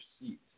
seat